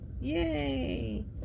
Yay